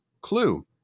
Clue